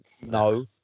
No